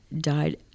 died